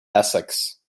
essex